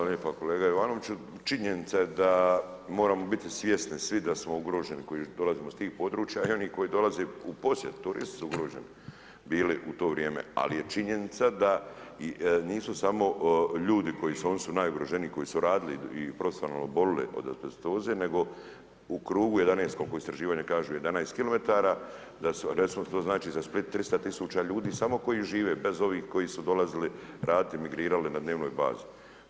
Hvala lijepa kolega Jovanoviću, činjenica je da moramo biti svjesni svi da smo ugroženi koji dolazimo s tih područja i oni koji dolaze u posjet, turisti su ugroženi bili u to vrijeme, ali je činjenica da nisu samo ljudi koji, oni su najugroženiji koji su radili i profesionalno oboljeli od azbestoze, nego u krugu 11, kako istraživanje kaže, 11 kilometara, to znači za Split 300 tisuća ljudi samo koji žive, bez ovih koji su dolazili radit, migrirali na dnevnoj bazi.